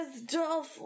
Dolph